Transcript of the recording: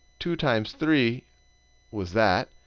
two times three was that.